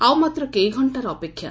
ଆଉ ମାତ୍ର କେଇଘକ୍ଷାର ଅପେକ୍ଷା